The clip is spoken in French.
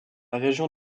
région